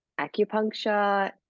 acupuncture